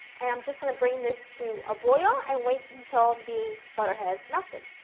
and i'm just going bring this to boil and wait until the butter has melted.